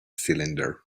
cylinder